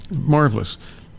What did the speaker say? marvelous